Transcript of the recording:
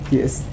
yes